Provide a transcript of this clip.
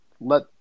let